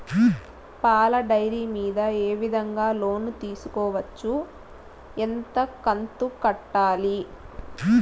పాల డైరీ మీద ఏ విధంగా లోను తీసుకోవచ్చు? ఎంత కంతు కట్టాలి?